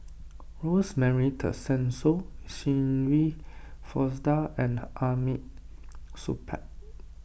Rosemary Tessensohn Shirin Fozdar and Hamid Supaat